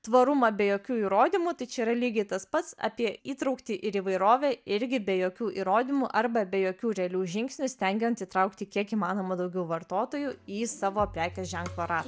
tvarumą be jokių įrodymų tai čia yra lygiai tas pats apie įtrauktį ir įvairovę irgi be jokių įrodymų arba be jokių realių žingsnių stengiant įtraukti kiek įmanoma daugiau vartotojų į savo prekės ženklo ra